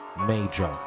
Major